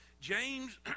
James